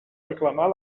reclamar